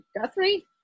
Guthrie